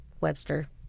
Webster